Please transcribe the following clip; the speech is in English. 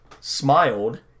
smiled